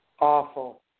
Awful